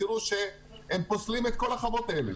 תראו שהם פוסלים את כל החוות האלה.